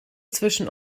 zwischen